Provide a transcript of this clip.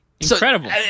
incredible